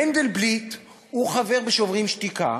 מנדלבליט הוא חבר ב"שוברים שתיקה"